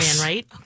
right